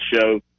show